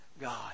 God